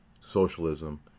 socialism